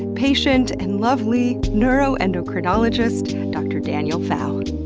patient and lovely neuroendocrinologist, dr. daniel pfau. and